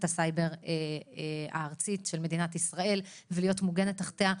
הסייבר הארצית של מדינת ישראל ולהיות מוגנת תחתיה.